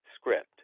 script